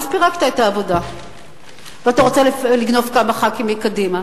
אז פירקת את העבודה ואתה רוצה לגנוב כמה חברי כנסת מקדימה,